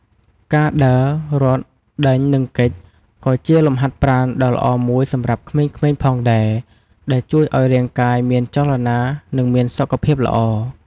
ការដើរ រត់ ដេញ និងគេច ក៏ជាលំហាត់ប្រាណដ៏ល្អមួយសម្រាប់ក្មេងៗផងដែរ ដែលជួយឱ្យរាងកាយមានចលនា និងមានសុខភាពល្អ។